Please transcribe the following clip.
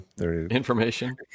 Information